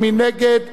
מי נמנע?